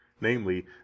namely